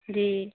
جی